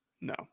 no